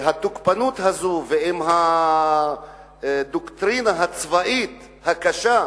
והתוקפנות הזאת, ועם הדוקטרינה הצבאית הקשה,